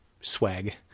swag